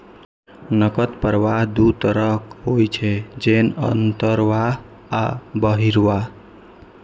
नकद प्रवाह दू तरहक होइ छै, जेना अंतर्वाह आ बहिर्वाह